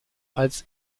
als